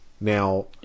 Now